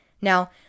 Now